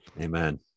Amen